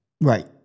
Right